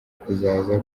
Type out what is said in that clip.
kuzaza